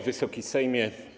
Wysoki Sejmie!